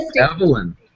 Evelyn